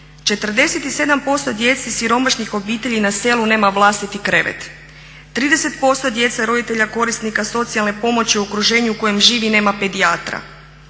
47% djece siromašnih obitelji na selu nema vlastiti krevet, 30% djece roditelja korisnika socijalne pomoći u okruženju u kojem živi nema pedijatra.